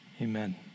Amen